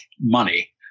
money